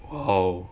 !wow!